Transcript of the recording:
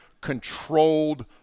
controlled